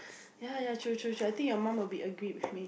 ya ya true true true I think you mum will be agreed with me